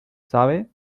sabe